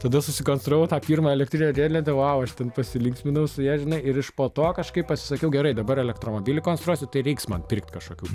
tada susikonstravau tą pirmą elektrinę riedlentę vau aš ten pasilinksminau su ja žinai ir iš po to kažkaip pasisakiau gerai dabar elektromobiliui konstruosiu tai reiks man pirkt kažkokių